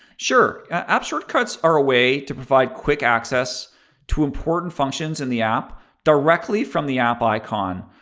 sure. app shortcuts are a way to provide quick access to important functions in the app directly from the app icon.